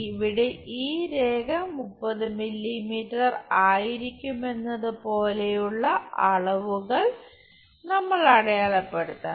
ഇവിടെ ഈ രേഖ 30 മില്ലീമീറ്റർ ആയിരിക്കുമെന്നത് പോലെയുള്ള അളവുകൾ നമ്മൾ അടയാളപ്പെടുത്തണം